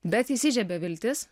bet įsižiebė viltis